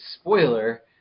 spoiler